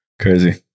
crazy